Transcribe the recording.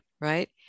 right